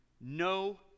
no